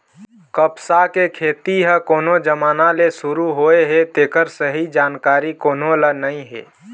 कपसा के खेती ह कोन जमाना ले सुरू होए हे तेखर सही जानकारी कोनो ल नइ हे